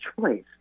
choice